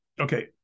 okay